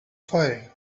firing